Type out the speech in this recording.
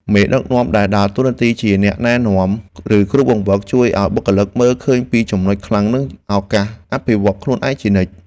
មេដឹកនាំដែលដើរតួជាអ្នកណែនាំឬគ្រូបង្វឹក ជួយឱ្យបុគ្គលិកមើលឃើញពីចំណុចខ្លាំងនិងឱកាសអភិវឌ្ឍន៍ខ្លួនឯងជានិច្ច។